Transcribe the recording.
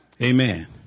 Amen